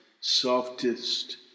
softest